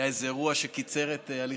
היה איזה אירוע שקיצר את הליך,